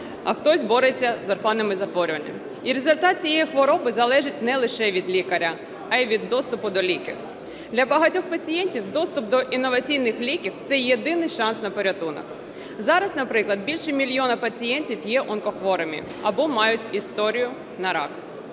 а хтось бореться з орфанними захворюваннями. І результат цієї хвороби залежить не лише від лікаря, а й від доступу до ліків. Для багатьох пацієнтів доступ до інноваційних ліків – це єдиний шанс на порятунок. Зараз, наприклад, більше мільйона пацієнтів є онкохворими або мають історію на рак.